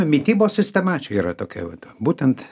mitybos sistema čia yra tokia vat būtent